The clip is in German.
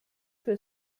für